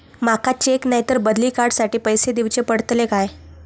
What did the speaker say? माका चेक नाय तर बदली कार्ड साठी पैसे दीवचे पडतले काय?